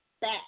back